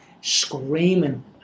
screaming